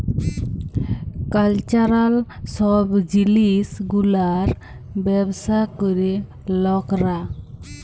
cultural সব জিলিস গুলার ব্যবসা ক্যরে লকরা